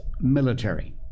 military